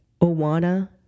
Owana